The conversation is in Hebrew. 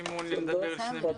סמי,